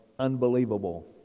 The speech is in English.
Unbelievable